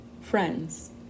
Friends